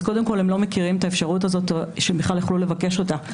אז קודם כל הם לא מכירים את האפשרות הזאת שהם בכלל יוכלו לבקש אותה.